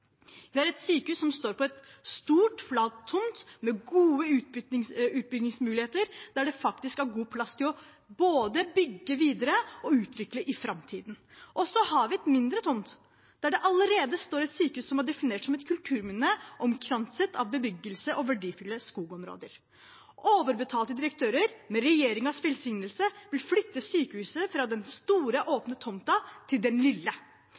Vi har et sykehus som står på en stor, flat tomt, med gode utbyggingsmuligheter, der det faktisk er god plass til både å bygge videre og utvikle i framtiden. Og så har vi en mindre tomt, der det allerede står et sykehus som er definert som et kulturminne, omkranset av bebyggelse og verdifulle skogsområder. Overbetalte direktører, med regjeringens velsignelse, vil flytte sykehuset fra den store, åpne tomten til den lille,